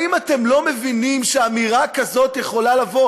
האם אתם לא מבינים שאמירה כזאת יכולה לבוא